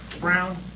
Brown